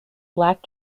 black